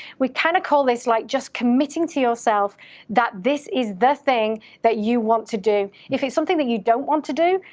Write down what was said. we kinda call this like just committing to yourself that this is the thing that you want to do. if it's something that you don't want to do,